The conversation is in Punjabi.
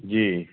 ਜੀ